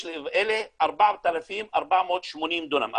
אלה 4,480 דונם.